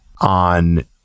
on